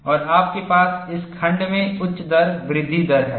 और आपके पास इस खंड में उच्च दर वृद्धि दर है